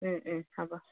হ'ব